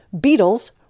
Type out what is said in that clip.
beetles